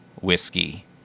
whiskey